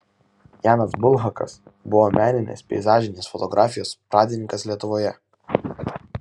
janas bulhakas buvo meninės peizažinės fotografijos pradininkas lietuvoje